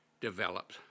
developed